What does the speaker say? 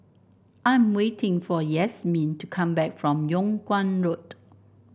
I'm waiting for Yasmeen to come back from Yung Kuang Road